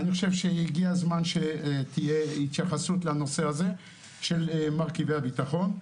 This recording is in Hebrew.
אני חושב שהגיע הזמן שתהיה התייחסות לנושא הזה של מרכיבי הביטחון.